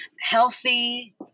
healthy